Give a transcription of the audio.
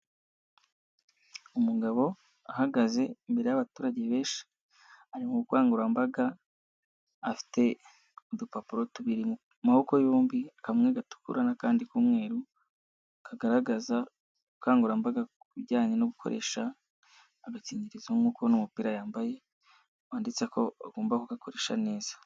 Umugabo ahagaze imbere y'abaturage benshi, ari mu bukangurambaga, afite udupapuro tubiri mu maboko yombi kamwe gatukura n'akandi k'umweru, kagaragaza ubukangurambaga ku bijyanye no gukoresha agakingirizo, nkuko'uko n'umupira yambaye wanditseho ko bagomba kugakoresha neza.